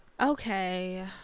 Okay